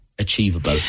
achievable